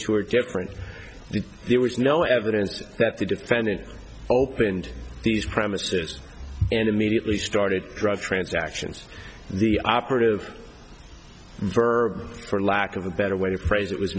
were different the there was no evidence that the defendant opened these premises and immediately started drug transactions the operative for lack of a better way to phrase it was